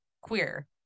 queer